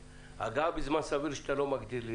הגעה בזמן סביר שאתה לא מגדיר לי,